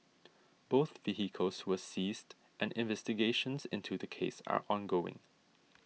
both vehicles were seized and investigations into the case are ongoing